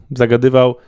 zagadywał